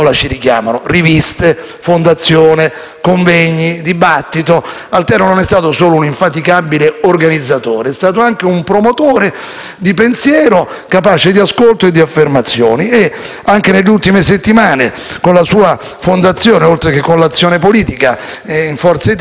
di pensiero capace di ascolto e di affermazioni, e anche nelle ultime settimane con la sua fondazione, oltre con l'azione politica in Forza Italia, ha promosso incontri e convegni per tenere unite le fila di una coalizione (e tutti sappiamo, nei rispettivi ambiti, quanto sia difficile e quanto sia faticoso).